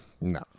No